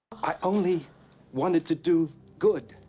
i only wanted to do good.